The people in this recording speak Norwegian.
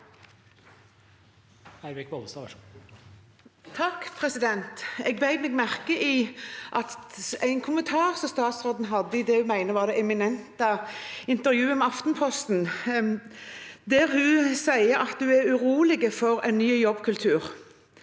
(KrF) Jeg bet meg merke i en kommentar statsråden hadde i det hun mener er det eminente intervjuet med Aftenposten. Hun sier at hun er urolig for en ny jobbkultur,